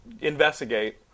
investigate